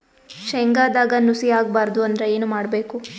ಶೇಂಗದಾಗ ನುಸಿ ಆಗಬಾರದು ಅಂದ್ರ ಏನು ಮಾಡಬೇಕು?